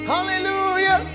Hallelujah